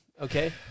okay